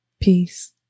Peace